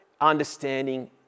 understanding